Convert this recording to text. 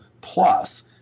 plus